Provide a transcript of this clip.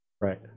Right